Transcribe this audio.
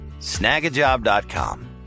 Snagajob.com